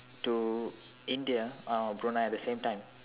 to India or Brunei at the same time